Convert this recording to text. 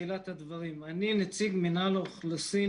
האם למינהל האוכלוסין